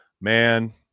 man